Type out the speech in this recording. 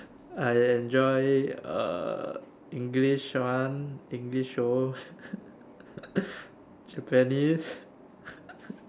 I enjoy uh English one English shows Japanese